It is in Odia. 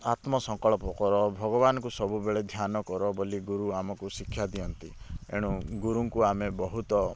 ଆତ୍ମ ସଂକଳ୍ପ କର ଭଗବାନଙ୍କୁ ସବୁବେଳେ ଧ୍ୟାନ କର ବୋଲି ଗୁରୁ ଆମକୁ ଶିକ୍ଷା ଦିଅନ୍ତି ଏଣୁ ଗୁରୁଙ୍କୁ ଆମେ ବହୁତ